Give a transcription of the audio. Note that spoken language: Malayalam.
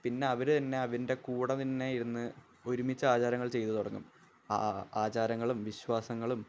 പിന്നെ അവര് തന്നെ അതിൻ്റെ കൂടെ തന്നെ ഇരുന്ന് ഒരുമിച്ച് ആചാരങ്ങൾ ചെയ്തുതുടങ്ങും ആചാരങ്ങളും വിശ്വാസങ്ങളും